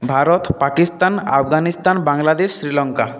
Bharat Pakistan Afghanistan Bangladesh Sri Lanka